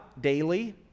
daily